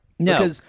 No